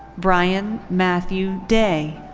brian matthew day.